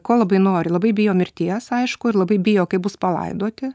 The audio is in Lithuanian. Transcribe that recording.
ko labai nori labai bijo mirties aišku ir labai bijo kai bus palaidoti